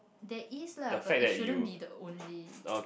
there is lah but it shouldn't be the only